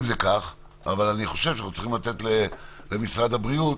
אבל אני חושב שאנחנו צריכים לתת למשרד הבריאות